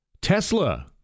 Tesla